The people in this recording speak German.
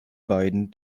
beiden